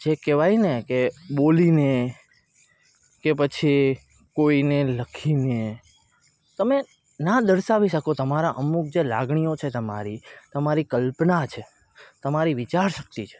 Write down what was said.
જે કહેવાય ને કે બોલીને કે પછી કોઈને લખીને તમે ના દર્શાવી શકો તમારા અમુક જે લાગણીઓ છે તમારી તમારી કલ્પના છે તમારી વિચાર શક્તિ છે